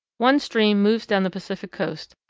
one stream moves down the pacific coast,